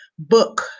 Book